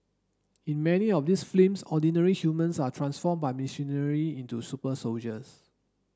in many of these films ordinary humans are transformed by machinery into super soldiers